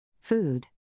Food